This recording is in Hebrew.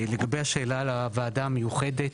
לגבי השאלה על הוועדה המיוחדת.